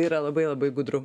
yra labai labai gudru